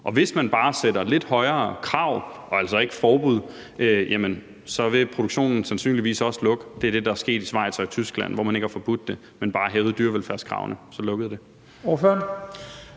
Og hvis man bare sætter lidt højere krav – og altså ikke et forbud – så vil produktionen sandsynligvis også lukke. Det er det, der er sket i Schweiz og i Tyskland, hvor man ikke har forbudt det, men bare har hævet dyrevelfærdskravene; så lukkede